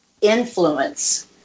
influence